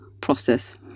process